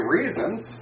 reasons